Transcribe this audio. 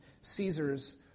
Caesar's